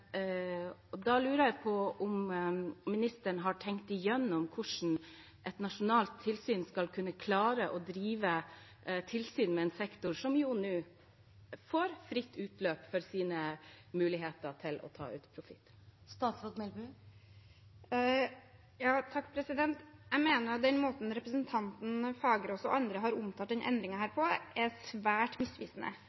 lurer på om ministeren har tenkt igjennom hvordan et nasjonalt tilsyn skal kunne klare å drive tilsyn med en sektor som nå får fritt utløp for sine muligheter til å ta ut profitt. Jeg mener at den måten representanten Fagerås og andre har omtalt